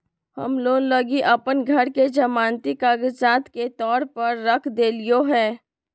हम लोन लगी अप्पन घर के जमानती कागजात के तौर पर रख देलिओ हें